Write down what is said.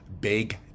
big